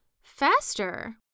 Faster